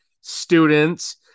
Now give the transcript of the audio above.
students